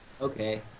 Okay